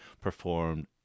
performed